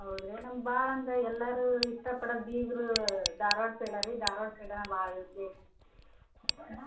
ಹೌದಾ ರೀ ನಮ್ಗೆ ಭಾಳ ಅಂದ್ರೆ ಎಲ್ಲರೂ ಇಷ್ಟಪಡೊದ್ ಬೀಗರು ಧಾರ್ವಾಡ ಪೇಡ ರೀ ಧಾರ್ವಾಡ ಪೇಡನೇ ಭಾಳ